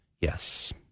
Yes